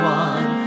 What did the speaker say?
one